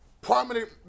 Prominent